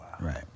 Right